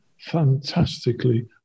fantastically